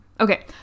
okay